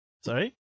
Sorry